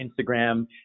Instagram